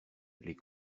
les